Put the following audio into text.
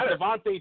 Devontae